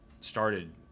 started